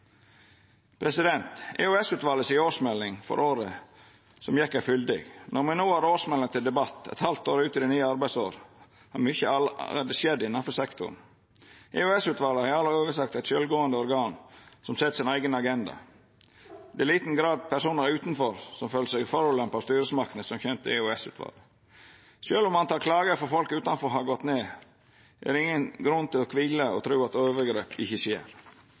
si årsmelding for året som gjekk, er fyldig. Når me no har årsmeldinga til debatt, eit halvt år ute i det nye arbeidsåret, har mykje allereie skjedd innanfor sektoren. EOS-utvalet er i all hovudsak eit sjølvgåande organ som set sin eigen agenda. Det er i liten grad personar utanfor som føler seg forulempa av styresmaktene, som kjem til EOS-utvalet. Sjølv om talet på klagar frå folk utanfor har gått ned, er det ingen grunn til å tru at overgrep ikkje skjer.